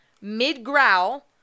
mid-growl